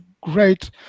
great